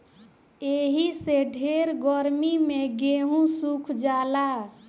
एही से ढेर गर्मी मे गेहूँ सुख जाला